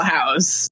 House